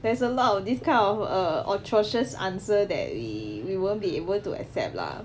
there's a lot of these kind of err atrocious answer that we we won't be able to accept lah